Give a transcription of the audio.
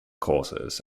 causes